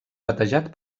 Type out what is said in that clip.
batejat